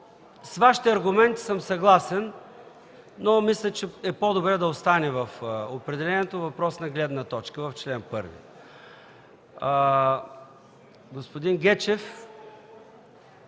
С Вашите аргументи съм съгласен, но мисля, че е по-добре да остане в определението в чл. 1 – въпрос на гледна точка. Господин Гечев,